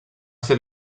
ser